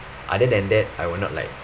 other than that I will not like